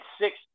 six